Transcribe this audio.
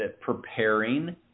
preparing